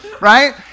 Right